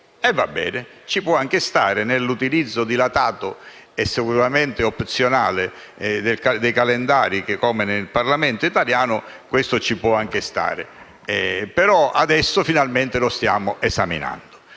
Va bene, ci può anche stare; nell'utilizzo dilatato e sicuramente opzionale dei calendari del Parlamento italiano questo ci può anche stare, però adesso finalmente lo stiamo esaminando.